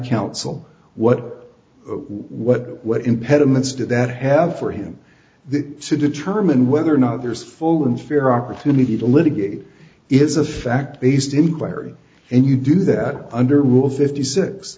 counsel what what what impediments did that have for him the to determine whether or not there's full and fair opportunity to litigate is a fact based inquiry and you do that under rule fifty six